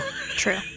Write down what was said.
True